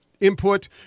Input